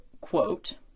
quote